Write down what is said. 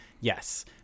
yes